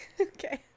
Okay